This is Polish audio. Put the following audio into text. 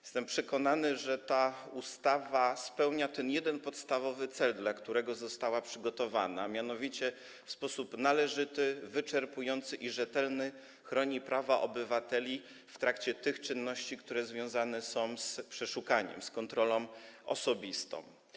Jestem przekonany, że ta ustawa spełnia ten jeden podstawowy cel, dla którego została przygotowana, mianowicie w sposób należyty, wyczerpujący i rzetelny chroni prawa obywateli w trakcie tych czynności, które związane są z przeszukaniem, z kontrolą osobistą.